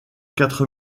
quatre